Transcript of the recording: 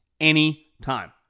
anytime